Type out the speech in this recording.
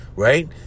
right